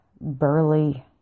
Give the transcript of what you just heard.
burly